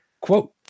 quote